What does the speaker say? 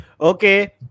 Okay